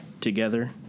together